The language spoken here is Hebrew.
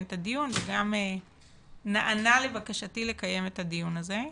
את הדיון וגם נענה לבקשתי לקיים את הדיון הזה.